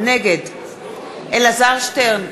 נגד אלעזר שטרן,